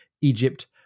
Egypt